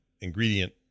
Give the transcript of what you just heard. ingredient